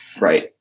Right